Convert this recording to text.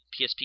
PSP